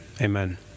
amen